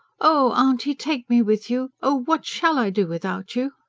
oh, auntie, take me with you! oh, what shall i do without you?